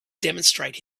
demonstrate